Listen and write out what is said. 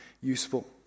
useful